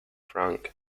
frank